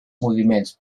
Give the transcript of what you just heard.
moviments